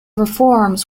reforms